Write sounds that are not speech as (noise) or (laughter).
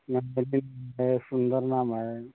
मैं (unintelligible) सुंदर नाम है